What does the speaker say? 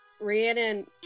Rhiannon